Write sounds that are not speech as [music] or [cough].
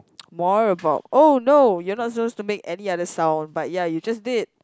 [noise] more about oh no you are not suppose to make any other sound but ya you just did